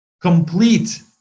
complete